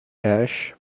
ash